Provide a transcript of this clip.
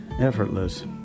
effortless